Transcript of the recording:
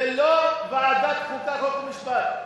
זה לא ועדת חוקה, חוק ומשפט.